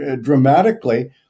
dramatically